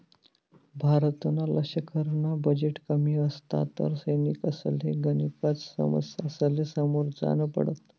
भारतना लशकरना बजेट कमी असता तर सैनिकसले गनेकच समस्यासले समोर जान पडत